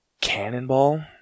Cannonball